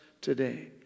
today